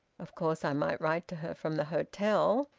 of course i might write to her from the hotel.